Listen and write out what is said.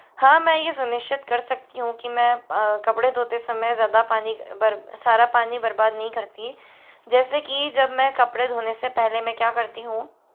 हाँ मैं ये सुनिश्चित कर सकती हूँ कि मैं कपड़े धोते समय ज़्यादा पानी बर सारा पानी बर्बाद नहीं करती जैसे कि जब मैं कपड़े धोने से पहले मैं क्या करती हूँ